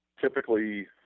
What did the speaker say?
Typically